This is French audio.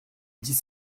dix